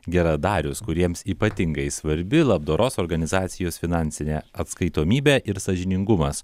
geradarius kuriems ypatingai svarbi labdaros organizacijos finansinė atskaitomybė ir sąžiningumas